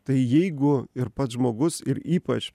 tai jeigu ir pats žmogus ir ypač